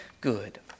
good